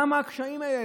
למה הקשיים האלה?